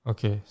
Okay